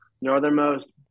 northernmost